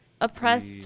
oppressed